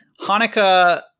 Hanukkah